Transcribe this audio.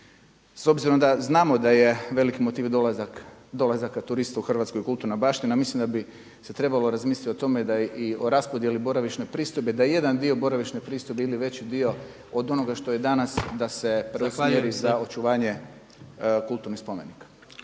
S obzirom da znamo da je veliki motiv dolazaka turista u Hrvatskoj kulturna baština mislim da bi se trebalo razmisliti o tome da i o raspodjeli boravišne pristojbe, da i jedan dio boravišne pristojbe ili veći dio od onoga što je danas da se preusmjeri za očuvanje kulturnih spomenika.